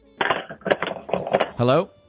Hello